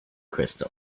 crystal